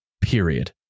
period